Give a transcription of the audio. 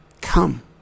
Come